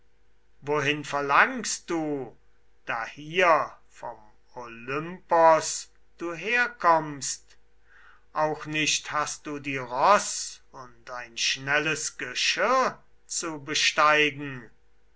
wohin verlangst du da hier vom olympos du herkommst auch nicht hast du die ross und ein schnelles geschirr zu besteigen